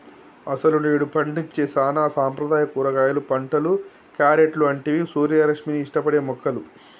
అసలు నేడు పండించే సానా సాంప్రదాయ కూరగాయలు పంటలు, క్యారెట్లు అంటివి సూర్యరశ్మిని ఇష్టపడే మొక్కలు